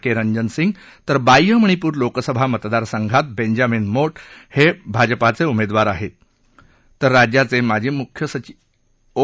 के रंजन सिंग तर बाह्य मणिपूर लोकसभा मतदार संघात बेंजामिन मोट हे भाजपाचे उमेदवार आहेत तर राज्याचे माजी मुख्य सचिव ओ